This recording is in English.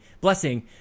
Blessing